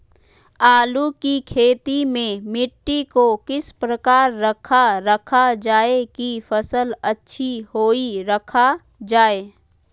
आलू की खेती में मिट्टी को किस प्रकार रखा रखा जाए की फसल अच्छी होई रखा जाए?